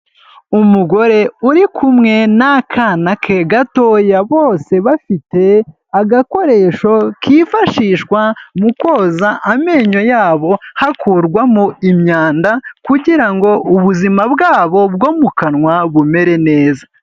Umugore uri kumwe n'akana ke gatoya, bose bafite agakoresho kifashishwa mu koza amenyo yabo hakurwamo imyanda kugira ngo ubuzima bwabo bwo mu kanwa bumere neza.